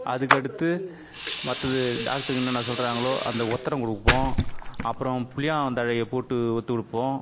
அதுக்கு அடுத்து மற்றது டாக்ட்ருங்கள் என்னென்ன சொல்கிறாங்களோ அந்த ஒத்தடம் கொடுப்போம் அப்புறம் புலியான் தழையப்போட்டு ஒத்து கொடுப்போம்